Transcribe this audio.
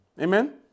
Amen